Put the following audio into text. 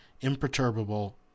imperturbable